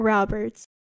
Roberts